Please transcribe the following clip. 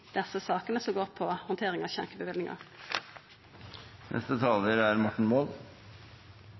desse sakene som går på handtering av